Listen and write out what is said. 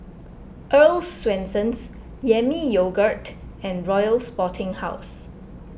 Earl's Swensens Yami Yogurt and Royal Sporting House